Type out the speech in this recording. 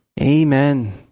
Amen